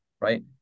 right